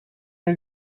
are